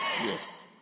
Yes